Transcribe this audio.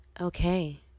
Okay